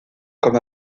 comme